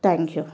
thank you